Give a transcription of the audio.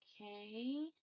Okay